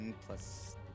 plus